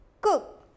cook